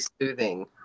soothing